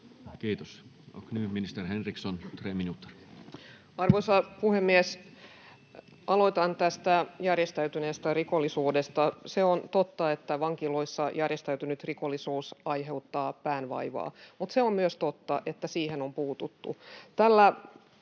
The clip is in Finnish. Time: 15:34 Content: Arvoisa puhemies! Aloitan tästä järjestäytyneestä rikollisuudesta. Se on totta, että vankiloissa järjestäytynyt rikollisuus aiheuttaa päänvaivaa, mutta myös se on totta, että siihen on puututtu.